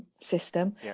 System